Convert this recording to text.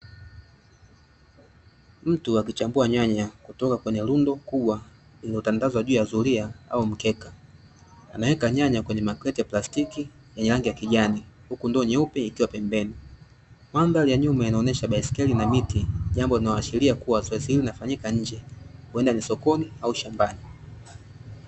Mtu akichambua nyanya kutoka kwenye rundo kubwa lililotandazwa juu ya zulia au mkeka, anaweka nyanya kwenye makreti ya plastiki yenye rangi ya kijani huku ndoo nyeupe ikiwa pembeni. Mandhari ya nyuma inaonyesha baiskeli na miti jambo linaloashiria zoezi hili linafanyika nje huenda ni sokoni au shambani.